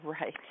right